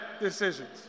decisions